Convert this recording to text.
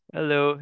Hello